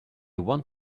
want